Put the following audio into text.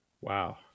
Wow